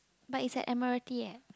but it's at Admiralty eh